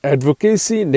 Advocacy